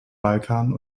balkan